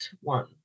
one